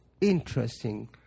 interesting